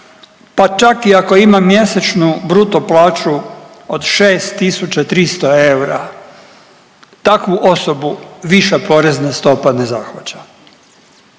pa čak i ako ima mjesečnu bruto plaću od 6300 eura takvu osobu viša porezna stopa ne zahvaća.